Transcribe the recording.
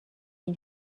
این